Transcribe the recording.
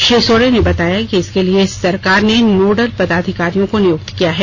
श्री सोरेन ने बताया कि इसके लिए सरकार ने नोडल पदाधिकारियों को नियुक्त किया है